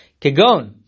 Kegon